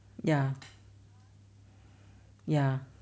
ya ya